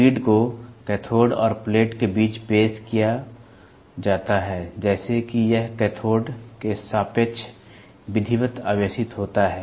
grid को cathode और plate के बीच पेश किया जाता है जैसे कि यह कैथोड के सापेक्ष विधिवत् आवेशित होता है